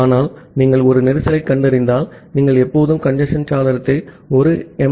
ஆனால் நீங்கள் ஒரு கஞ்சேஸ்ன்க் கண்டறிந்தால் நீங்கள் எப்போதும் கஞ்சேஸ்ன் சாளரத்தை ஒரு 1 எம்